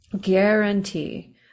guarantee